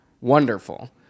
Wonderful